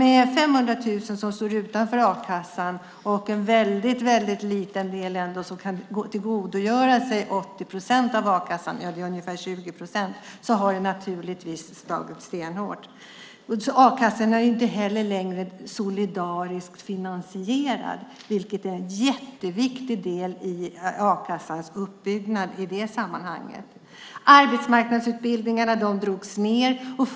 Med 500 000 som står utanför a-kassan och bara en liten del som kan tillgodogöra sig 80 procent av a-kassan, ungefär 20 procent, har det naturligtvis slagit stenhårt. A-kassan är inte heller längre solidariskt finansierad, vilket är en mycket viktig del i a-kassans uppbyggnad i det sammanhanget. Arbetsmarknadsutbildningarna drog man ned på.